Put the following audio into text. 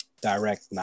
direct